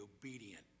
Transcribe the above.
obedient